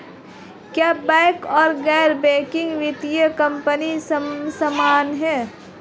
क्या बैंक और गैर बैंकिंग वित्तीय कंपनियां समान हैं?